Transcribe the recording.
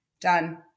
done